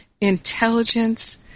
intelligence